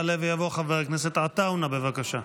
יעלה ויבוא חבר הכנסת עטאונה, בבקשה.